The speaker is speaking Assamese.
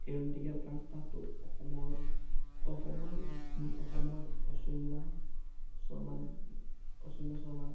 এৰনটিকেল কাৰ্ভ তাতো অসমৰ অসমৰ অসমৰ অচন্যা শৰ্মা অচন্য শৰ্মা